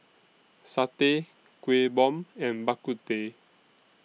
Satay Kuih Bom and Bak Kut Teh